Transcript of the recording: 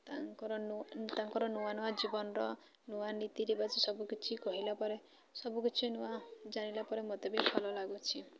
ତାଙ୍କର ନୂଆ ତାଙ୍କର ନୂଆ ନୂଆ ଜୀବନର ନୂଆ ନୀତି ରିବାଜ ସବୁକିଛି କହିଲା ପରେ ସବୁକିଛି ନୂଆ ଜାଣିଲା ପରେ ମୋତେ ବି ଭଲ ଲାଗୁଛି